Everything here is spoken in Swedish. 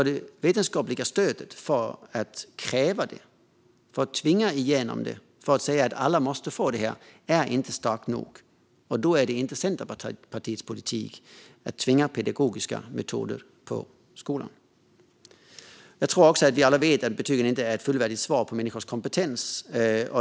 Det vetenskapliga stödet för att kräva det, för att tvinga igenom det och för att säga att alla måste få detta, är inte starkt nog. Då är det inte Centerpartiets politik att tvinga på skolorna pedagogiska metoder. Jag tror också att vi alla vet att betygen inte är ett fullvärdigt svar på människors kompetens.